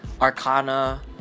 arcana